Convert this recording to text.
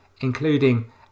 including